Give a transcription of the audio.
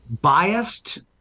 biased